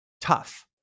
tough